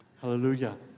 Hallelujah